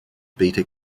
beta